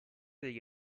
degli